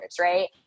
right